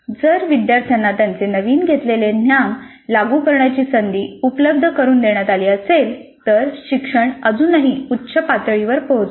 जर विद्यार्थ्यांना त्यांचे नवीन घेतलेले ज्ञान लागू करण्याची संधी उपलब्ध करुन देण्यात आली असेल तर शिक्षण अजूनही उच्च पातळीवर पोहचते